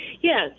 Yes